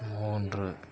மூன்று